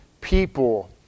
people